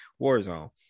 Warzone